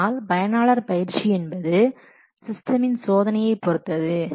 ஆனால் பயனாளர் பயிற்சி என்பது சிஸ்டமின் சோதனையை பொருத்தது